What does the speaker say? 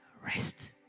rest